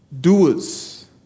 doers